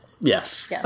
Yes